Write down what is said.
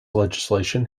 legislation